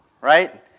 right